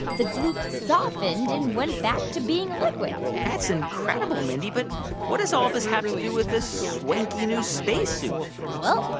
the gloop softened and went back to being a liquid that's incredible, mindy. but what does all this have to do with this swanky, new space suit? well,